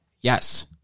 Yes